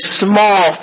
small